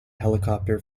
helicopter